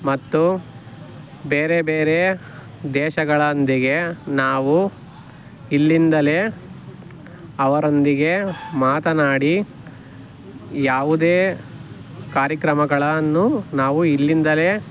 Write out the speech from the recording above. ಮತ್ತು ಬೇರೆ ಬೇರೆ ದೇಶಗಳೊಂದಿಗೆ ನಾವು ಇಲ್ಲಿಂದಲೇ ಅವರೊಂದಿಗೆ ಮಾತನಾಡಿ ಯಾವುದೇ ಕಾರ್ಯಕ್ರಮಗಳನ್ನು ನಾವು ಇಲ್ಲಿಂದಲೇ